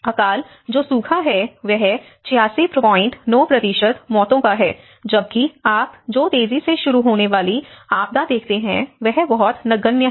अकाल जो सूखा है वह 869 मौतों का है जबकि आप जो तेजी से शुरू होने वाली आपदा देखते हैं वह बहुत नगण्य है